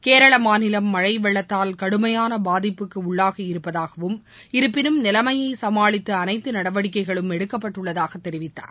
கேரள மாநிலம் மழை வெள்ளத்தால் கடுமையான பாதிப்புக்கு உள்ளாகியிருப்பதாகவும் இருப்பினும் நிலமையை சமாளித்து அனைத்து நடவடிக்கைளும் எடுக்கப்பட்டுள்ளதாக தெரிவித்தார்